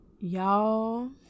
Y'all